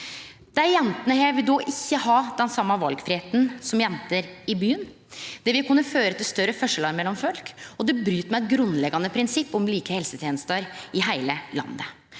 Dei jentene her vil då ikkje ha den same valfridomen som jenter i byen. Det vil kunne føre til større forskjellar mellom folk, og det bryt med eit grunnleggjande prinsipp om like helsetenester i heile landet.